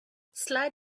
slide